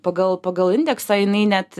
pagal pagal indeksą jinai net